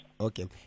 okay